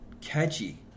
catchy